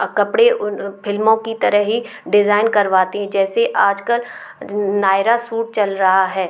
कपड़े उन फिल्मों की तरह ही डिज़ाइन करवाती हैं जैसे आज कल नायरा सूट चल रहा है